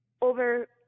over